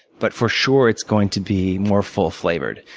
but for sure, it's going to be more full flavored.